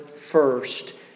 first